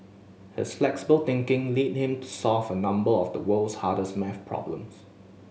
his flexible thinking lead him to solve a number of the world's hardest maths problems